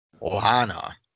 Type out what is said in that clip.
Lana